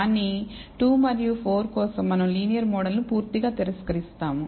కానీ 2 మరియు 4 కోసం మనం లీనియర్ మోడల్ ను పూర్తిగా తిరస్కరిస్తాము